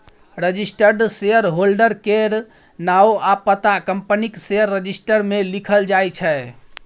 registered shareholder केर नाओ आ पता कंपनीक शेयर रजिस्टर मे लिखल जाइ छै